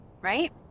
right